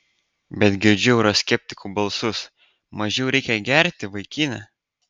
bet girdžiu euroskeptikų balsus mažiau reikia gerti vaikine